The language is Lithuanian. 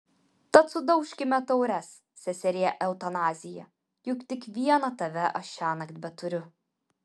tad sudaužkime taures seserie eutanazija juk tik vieną tave aš šiąnakt beturiu